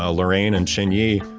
ah lorraine and shin yeah